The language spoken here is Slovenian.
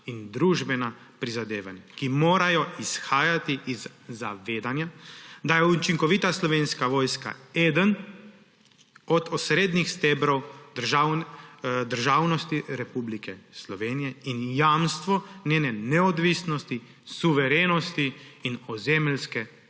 in družbena prizadevanja, ki morajo izhajati iz zavedanja, da je učinkovita Slovenska vojska eden od osrednjih stebrov državnosti Republike Slovenije in jamstvo njene neodvisnosti, suverenosti in ozemeljske